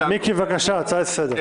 מיקי, בבקשה, הצעה לסדר.